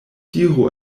diru